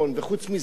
יום לפני כן,